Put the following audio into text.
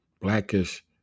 blackish